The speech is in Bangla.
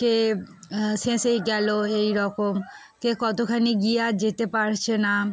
কে শেষেই গেলো এই রকম কে কতখানি গিয়ে আর যেতে পারছে না